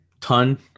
ton